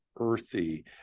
earthy